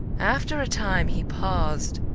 after a time he paused,